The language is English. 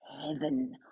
heaven